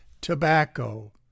tobacco